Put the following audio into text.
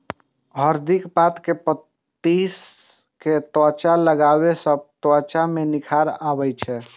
हरदिक पात कें पीस कें त्वचा पर लगाबै सं त्वचा मे निखार आबै छै